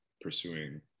pursuing